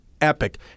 epic